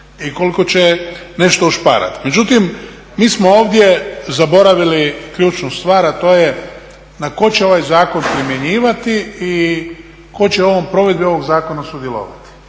i koliko će nešto ušparati. Međutim, mi smo ovdje zaboravili ključnu stvar, a to je na koga će ovaj zakon primjenjivati i tko će u ovom provedbenom zakonu sudjelovati.